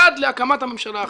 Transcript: עד להקמת הממשלה האחרת.